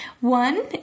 One